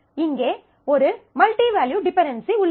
இங்கே ஒரு multi valued dependency உள்ளது